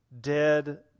dead